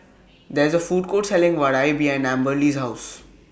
There IS A Food Court Selling Vadai behind Amberly's House